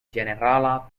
ĝenerala